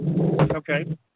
Okay